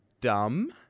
dumb